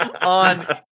On